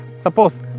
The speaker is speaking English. Suppose